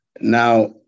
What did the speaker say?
Now